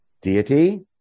deity